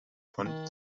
von